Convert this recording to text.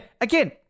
again